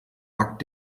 backt